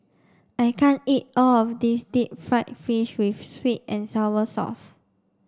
I can't eat all of this deep fried fish with sweet and sour sauce